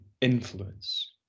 influence